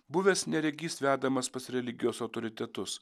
buvęs neregys vedamas pas religijos autoritetus